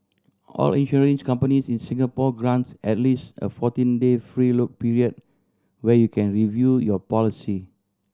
all insurance companies in Singapore grants at least a fourteen day free look period where you can review your policy